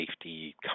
safety